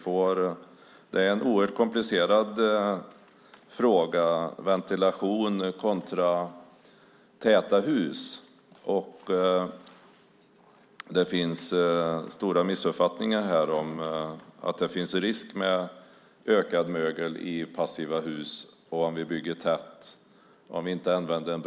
Frågan om ventilation kontra täta hus är oerhört komplicerad, och det finns stora missuppfattningar om att passiva hus innebär en ökad risk för mögel.